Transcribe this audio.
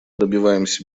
добиваемся